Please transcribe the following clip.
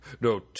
No